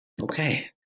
okay